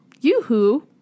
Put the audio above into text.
yoo-hoo